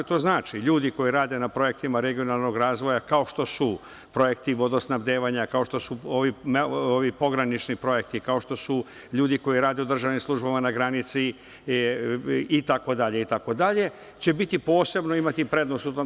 A to znači, ljudi koji rade na projektima regionalnog razvoja kao što su projekti vodosnabdevanja , kao što su ovi pogranični projekti, kao što su ljudi koji rade u državnim službama na granici itd. će posebno imati prednost.